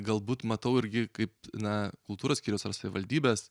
galbūt matau irgi kaip na kultūros skyrius ar savivaldybės